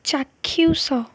ଚାକ୍ଷୁଷ